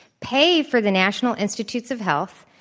pay for the national institutes of health,